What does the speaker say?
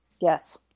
Yes